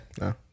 No